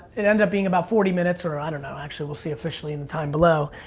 it ended up being about forty minutes or i don't know, actually, we'll see officially in the time below.